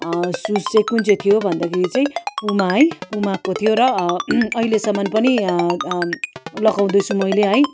shoes चाहिँ कुन चाहिँ थियो भन्दाखेरि चाहिँ पुमा है पुमाको थियो र अहिलेसम्म पनि लगाउँदै छु मैले है